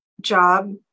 Job